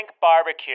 barbecue